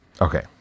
Okay